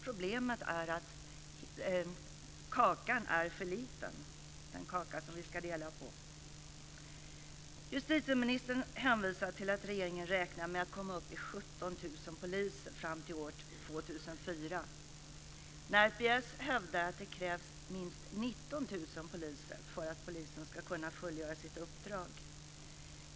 Problemet är att kakan är för liten, den kaka som vi ska dela på. Justitieministern hänvisar till att regeringen räknar med att komma upp till 17 000 poliser fram till år 2004. RPS hävdar att det krävs minst 19 000 poliser för att polisen ska kunna fullgöra sitt uppdrag.